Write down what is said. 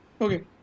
okay